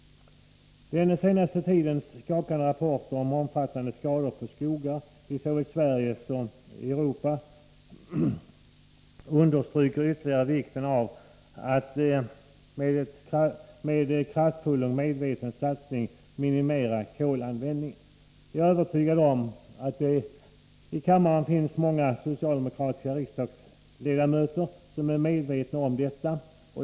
Den senaste tidens skakande rapporter om omfattande skador på skogar i såväl Sverige som det övriga Europa understryker ytterligare vikten av att med en kraftfull och medveten satsning minimera kolanvändningen. Jag är övertygad om att det i kammaren finns många socialdemokratiska ledamöter som är medvetna om detta.